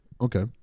Okay